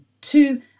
two